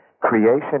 creation